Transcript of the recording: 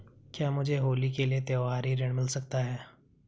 क्या मुझे होली के लिए त्यौहारी ऋण मिल सकता है?